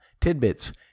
Tidbits